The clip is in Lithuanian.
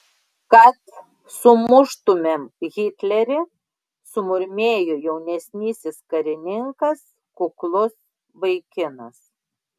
kad sumuštumėm hitlerį sumurmėjo jaunesnysis karininkas kuklus vaikinas